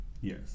Yes